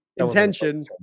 intention